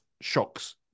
shocks